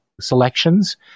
selections